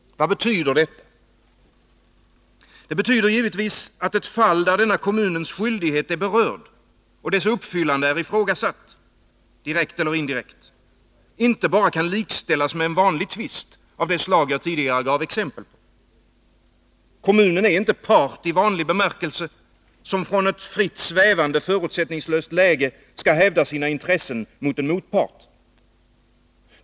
Vad betyder detta? Det betyder givetvis att ett visst fall, där denna kommunens skyldighet är berörd och dess uppfyllande ifrågasatt — direkt eller indirekt —, inte kan likställas med en vanlig tvist av det slag som jag tidigare givit exempel på. Kommunen är inte en part i vanlig bemärkelse, som utifrån ett förutsättningslöst läge skall hävda sina intressen gentemot sin motpart.